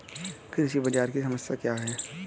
कृषि बाजार की समस्या क्या है?